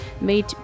made